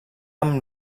amb